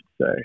say